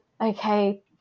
okay